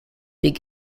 big